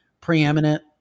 preeminent